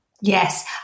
Yes